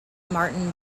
martin